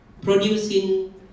producing